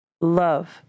love